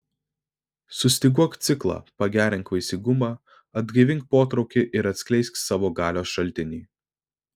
sustyguok ciklą pagerink vaisingumą atgaivink potraukį ir atskleisk savo galios šaltinį